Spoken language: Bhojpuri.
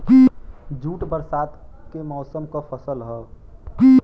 जूट बरसात के मौसम क फसल हौ